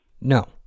No